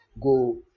go